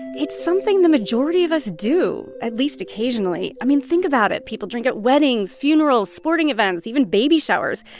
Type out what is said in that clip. it's something the majority of us do, at least occasionally. i mean, think about it. people drink at weddings, funerals, sporting events, even baby showers.